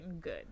good